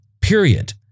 period